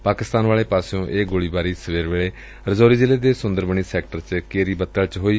ਪਾਕਿਸਤਾਨ ਵਾਲੇ ਪਾਸਿਓ ਇਹ ਗੋਲੀਬਾਰੀ ਸਵੇਰ ਵੇਲੇ ਰਾਜੌਰੀ ਜ਼ਿਲੇ ਦੇ ਸੁੰਦਰਬਨੀ ਸੈਕਟਰ ਦੇ ਕੇਰੀ ਬਤੱਲ ਵਿਖੇ ਹੋਈ